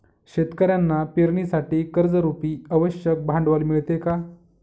शेतकऱ्यांना पेरणीसाठी कर्जरुपी आवश्यक भांडवल मिळते का?